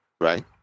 Right